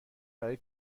برای